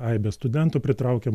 aibę studentų pritraukėm